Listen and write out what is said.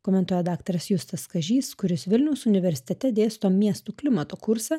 komentuoja daktaras justas kažys kuris vilniaus universitete dėsto miestų klimato kursą